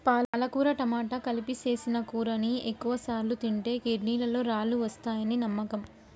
పాలకుర టమాట కలిపి సేసిన కూరని ఎక్కువసార్లు తింటే కిడ్నీలలో రాళ్ళు వస్తాయని నమ్మకం